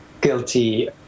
guilty